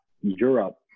Europe